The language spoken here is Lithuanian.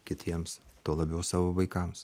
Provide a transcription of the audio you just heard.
kitiems tuo labiau savo vaikams